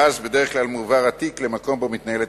ואז בדרך כלל התיק מועבר למקום שבו החקירה מתנהלת.